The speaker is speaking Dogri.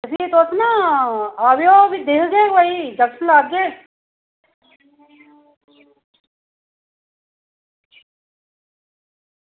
ते आवेओ ना तुस ते भी दिक्खगे इंजेक्शन लाह्गे